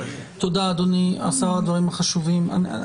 תודה, אדוני השר, על הדברים החשובים.